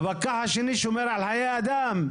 הפקח השני שומר על חיי אדם,